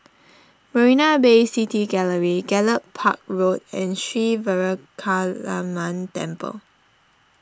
Marina Bay City Gallery Gallop Park Road and Sri Veeramakaliamman Temple